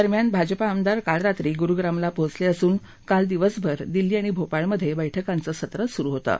दरम्यान भाजपा आमदार काल रात्री गुरुग्रामला पोहोचले असून काल दिवसभर दिल्ली आणि भोपाळमधे बैठकांचं सत्र सुरु होतं